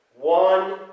One